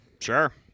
Sure